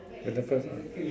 you're the first ah